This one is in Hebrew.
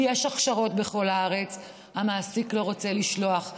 יש הכשרות בכל הארץ, המעסיק לא רוצה לשלוח.